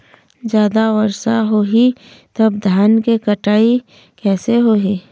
जादा वर्षा होही तब धान के कटाई कैसे होही?